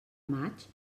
maig